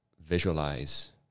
visualize